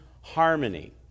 harmony